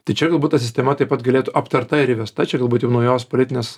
tai čia galbūt ta sistema taip pat galėtų aptarta ir įvesta čia galbūt jau naujos politinės